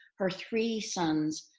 her three sons,